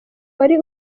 wari